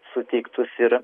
suteiktus ir